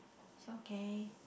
is okay